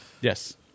Yes